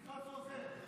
פנחס רוזן,